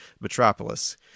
metropolis